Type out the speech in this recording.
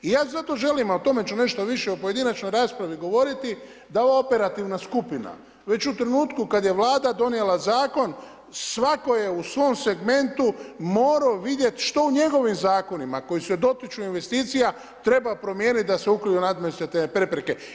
I ja zato želim i o tome ću nešto više u pojedinačnoj raspravi govoriti, da ova operativna skupina već u trenutku kada je Vlada donijela zakon, svako je u svom segmentu morao vidjet što u njegovim zakonima koji se dotiču investicija treba promijeniti da se uklone administrativne prepreke.